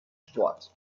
sport